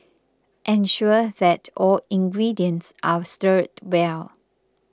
ensure that all ingredients are stirred well